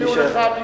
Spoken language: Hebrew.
הפריעו לך?